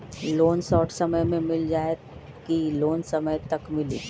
Loan short समय मे मिल जाएत कि लोन समय तक मिली?